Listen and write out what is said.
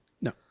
No